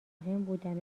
بودن